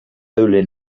holy